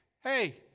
hey